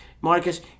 marcus